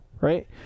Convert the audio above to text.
right